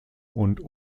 und